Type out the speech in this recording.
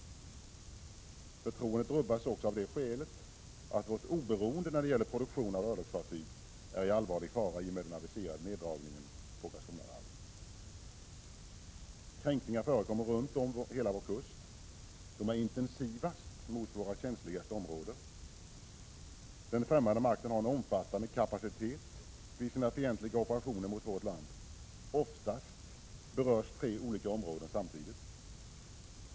Förtroendet rubbas också av det skälet att vårt oberoende när det gäller produktion av örlogsfartyg är i allvarlig fara i och med den aviserade neddragningen på Karlskronavarvet. Kränkningar förekommer runt om hela vår kust. De är intensivast mot våra känsligaste områden. Den främmande makten har en omfattande kapacitet vid sina fientliga operationer mot vårt land. Oftast berörs tre olika områden samtidigt.